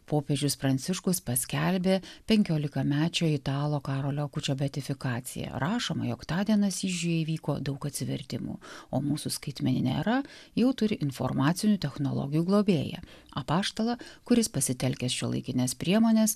popiežius pranciškus paskelbė penkiolikamečio italo karolio kučio beatifikacijai rašoma jog tądien asyžiuj įvyko daug atsivertimų o mūsų skaitmenine era jau turi informacinių technologijų globėją apaštalą kuris pasitelkęs šiuolaikines priemones